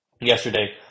Yesterday